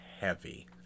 heavy